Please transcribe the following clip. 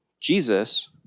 Jesus